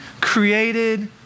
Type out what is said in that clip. created